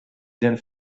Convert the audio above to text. den